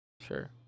sure